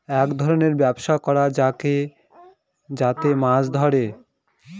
এক ধরনের ব্যবস্থা করা যাক যাতে মাছ ধরে